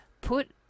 put